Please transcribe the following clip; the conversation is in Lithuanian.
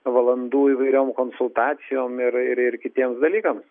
valandų įvairiom konsultacijom ir ir kitiems dalykams